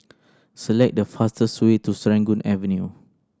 select the fastest way to Serangoon Avenue